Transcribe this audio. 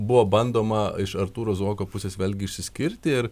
buvo bandoma iš artūro zuoko pusės vėlgi išsiskirti ir